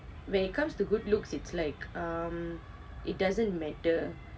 when it comes to good looks it's like um it doesn't matter